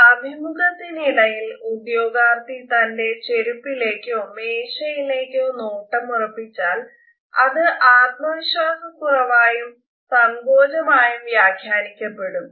അഭിമുഖത്തിനിടയിൽ ഉദ്യോഗാർത്ഥി തന്റെ ചെരുപ്പിലേക്കോ മേശയിലേക്കോ നോട്ടമുറപ്പിച്ചാൽ അത് ആത്മവിശ്വാസക്കുറവായും സങ്കോചമായും വ്യാഖ്യാനിക്കപ്പെടും